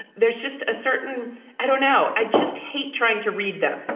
there's just a certain i don't know. i just hate trying to read them.